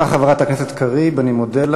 אנחנו מפה, חברי הכנסת הערבים, קוראים